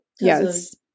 Yes